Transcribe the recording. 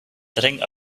sitting